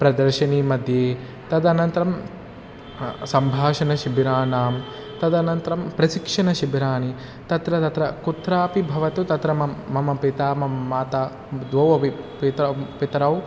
प्रदर्शिनीमध्ये तदनन्तरं सम्भाषणशिबिराणां तदनन्तरं प्रशिक्षणशिबिराणि तत्र तत्र कुत्रापि भवतु तत्र म मम पिता मम माता द्वौ अपि पित पितरौ